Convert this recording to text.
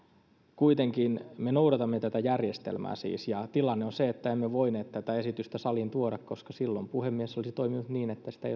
kuitenkin me noudatamme tätä järjestelmää siis ja tilanne on se että emme voineet tätä esitystä saliin tuoda koska silloin puhemies olisi toiminut niin että sitä